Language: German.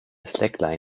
slackline